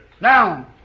Now